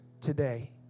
today